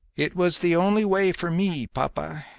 it was the only way for me, papa,